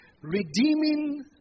Redeeming